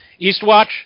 Eastwatch